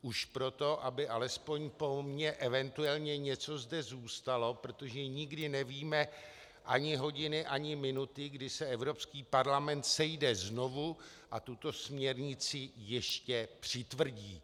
Už proto, aby alespoň po mně eventuálně něco zde zůstalo, protože nikdy nevíme ani hodiny ani minuty, kdy se Evropský parlament sejde znovu a tuto směrnici ještě přitvrdí.